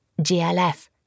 GLF